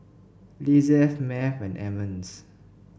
Lizeth Math and Emmons